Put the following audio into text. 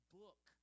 book